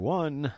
one